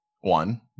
one